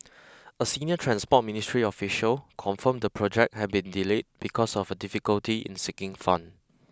a senior Transport Ministry official confirmed the project had been delayed because of a difficulty in seeking fund